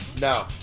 no